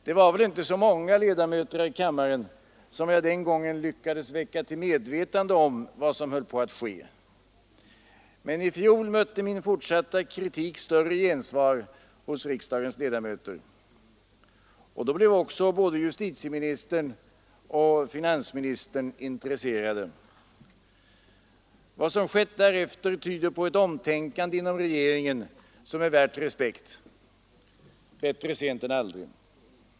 Det var väl inte så många ledamöter här i kammaren som jag den gången lyckades väcka till medvetande om vad som höll på att ske. Men i fjol mötte min fortsatta kritik större gensvar hos riksdagens ledamöter. Då blev också både justitieministern och finansministern intresserade. Vad som skett därefter tyder på ett omtänkande inom regeringen, som är värt respekt. Bättre sent än aldrig.